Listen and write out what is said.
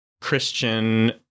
Christian